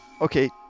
okay